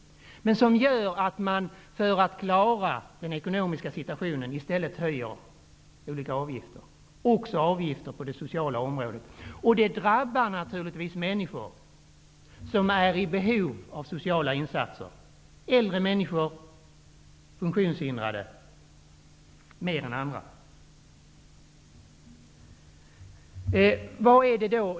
Detta gör att kommuner och landsting för att klara den ekonomiska situationen höjer olika avgifter, också avgifter på det sociala området. Detta drabbar naturligtvis människor som är i behov av sociala insatser -- äldre människor och funktionshindrade mer än andra.